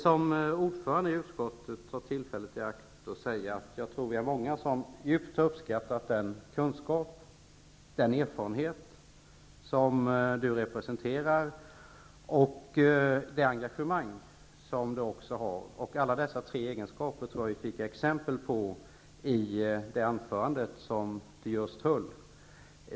Som ordförande i utskottet vill jag ta tillfället i akt och säga att jag tror att vi är många som djupt har uppskattat den kunskap och den erfarenhet som Jan-Erik Wikström representerar. Det gäller även det engagemang som han har. Vi fick exempel på dessa tre egenskaper i det anförande som han höll.